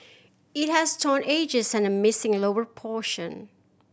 it has torn edges and a missing lower portion